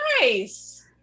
nice